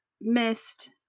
missed